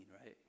right